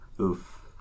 Oof